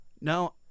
no